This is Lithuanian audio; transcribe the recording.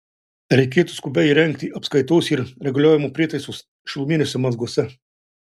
reikėtų skubiai įrengti apskaitos ir reguliavimo prietaisus šiluminiuose mazguose